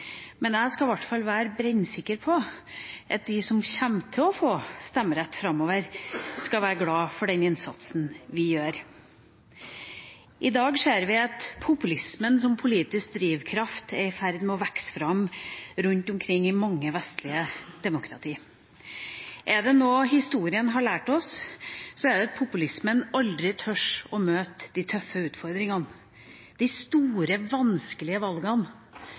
men jeg er i hvert fall brennsikker på at de som kommer til å få stemmerett framover, skal være glad for den innsatsen vi gjør. I dag ser vi at populismen som politisk drivkraft er i ferd med å vokse fram rundt omkring i mange vestlige demokratier. Er det noe historien har lært oss, er det at populismen aldri tør å møte de tøffe utfordringene, de store vanskelige valgene,